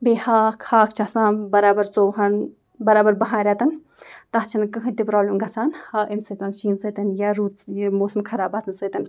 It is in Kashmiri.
بیٚیہِ ہاکھ ہاکھ چھِ آسان برابر ژوٚوُہَن برابر بہَن رٮ۪تَن تَتھ چھِنہٕ کٕہۭنۍ تہِ پرٛابلِم گژھان ہا أمۍ سۭتۍ شیٖن سۭتۍ یا روٗدٕ ییٚلہِ موسَم خراب آسنہٕ سۭتۍ